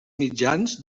mitjans